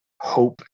Hope